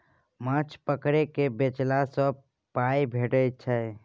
माछ पकरि केँ बेचला सँ पाइ भेटै छै